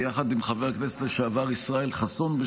ביחד עם חבר הכנסת לשעבר ישראל חסון,